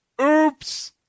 Oops